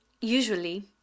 usually